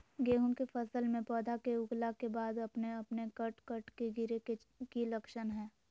गेहूं के फसल में पौधा के उगला के बाद अपने अपने कट कट के गिरे के की लक्षण हय?